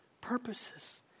purposes